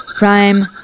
rhyme